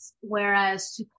whereas